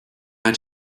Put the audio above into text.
that